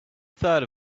third